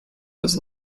was